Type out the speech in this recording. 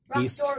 east